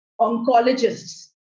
oncologists